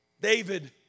David